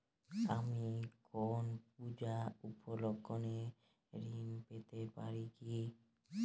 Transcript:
আমি কোনো পূজা উপলক্ষ্যে ঋন পেতে পারি কি?